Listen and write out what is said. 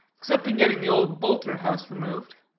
except in getting the old boulter house removed,